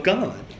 God